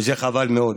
וזה חבל מאוד.